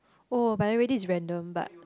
oh by the way this random but